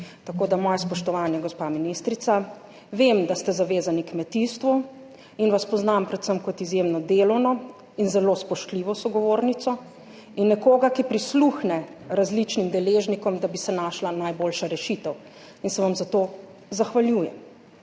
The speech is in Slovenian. tako, da moje spoštovanje gospa ministrica. Vem, da ste zavezani kmetijstvu in vas poznam predvsem kot izjemno delovno in zelo spoštljivo sogovornico in nekoga, ki prisluhne različnim deležnikom, da bi se našla najboljša rešitev in se vam za to zahvaljujem.